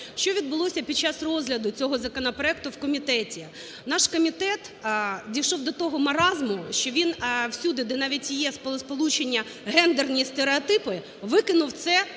Що відбулося під час розгляду цього законопроекту в комітеті? Наш комітет дійшов до того маразму, що він всюди, де навіть є словосполучення "гендерні стереотипи", викинув це